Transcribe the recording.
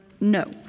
no